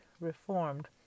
reformed